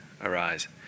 arise